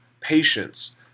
patience